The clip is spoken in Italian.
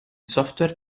software